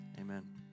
Amen